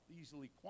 easily